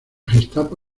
gestapo